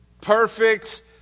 Perfect